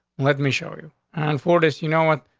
let me show you on four days. you know what?